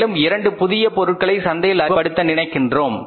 மேலும் இரண்டு புதிய பொருட்களை சந்தையில் அறிமுகப்படுத்த நினைக்கின்றோம்